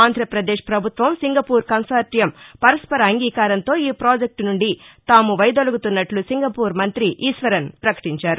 ఆంధ్రప్రదేశ్ ప్రభుత్వం Singapore consortium పరస్పర అంగీకారంతో ఈ ప్రాజెక్య నుండి తామ వైదొలగుతున్నట్ల సింగపూర్ మంతి ఈశ్వరన్ పకటించారు